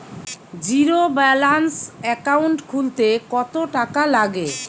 Zero balance account খুলতে কত টাকা লাগে?